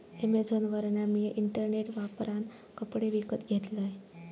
अॅमेझॉनवरना मिया इंटरनेट वापरान कपडे विकत घेतलंय